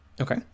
okay